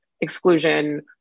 exclusion